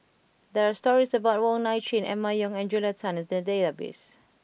there are stories about Wong Nai Chin Emma Yong and Julia Tan in the database